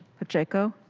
pacheco.